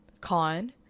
Con